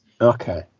Okay